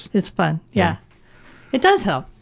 it's fun. yeah it does help.